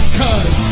cause